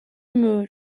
mood